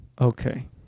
Okay